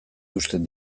eusten